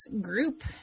group